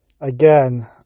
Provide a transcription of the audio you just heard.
again